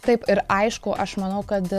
taip ir aišku aš manau kad